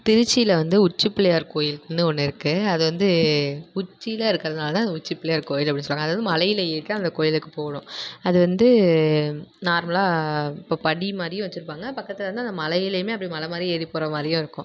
திருச்சியில் வந்து உச்சிப் பிள்ளையார் கோவில்னு ஒன்று இருக்குது அது வந்து உச்சியில் இருக்கிறதுனால அது உச்சிப் பிள்ளையார் கோவில் அப்படின்னு சொல்கிறாங்க அதை வந்து மலையில் ஏறித்தான் அந்தக் கோவிலுக்கு போகணும் அது வந்து நார்மலாக இப்போ படி மாதிரி வெச்சிருப்பாங்க பக்கத்தில் வந்து அந்த மலையிலேயுமே அப்படி மலை மேலே ஏறிப் போகிற மாதிரியும் இருக்கும்